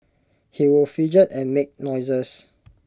he would fidget and make noises